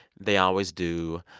they always do.